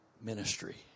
ministry